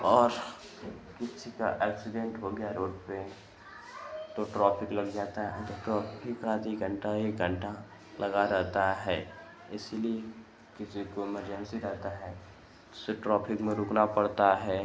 और किसी का एक्सीडेंट हो गया रोड पेर तो ट्रोफिक लग जाता है तो ट्रोफिक आधी घंटा एक घंटा लगा रहता है इसलिए किसी को इमरजेंसी रहता है उसे ट्रोफिक में रुकना पड़ता है